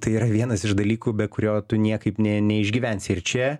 tai yra vienas iš dalykų be kurio tu niekaip neišgyvensi ir čia